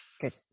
Good